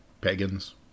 Pagans